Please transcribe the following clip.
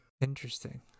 Interesting